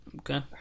Okay